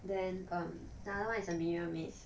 then um the other one is a mirror maze